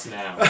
now